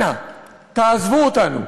אנא, תעזבו אותנו.